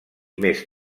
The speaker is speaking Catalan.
més